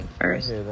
first